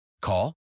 Call